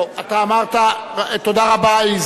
תודה רבה.